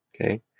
Okay